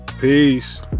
peace